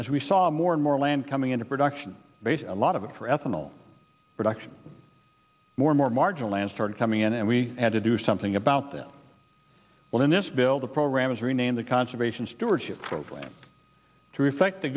as we saw more and more land coming into production base a lot of it for ethanol production more more marginal and started coming in and we had to do something about that well in this bill the program was renamed the conservation stewardship program to reflect the